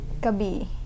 Kabi